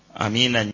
Amen